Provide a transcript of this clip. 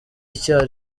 icya